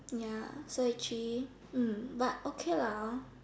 ya so actually mm but okay lah hor